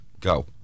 go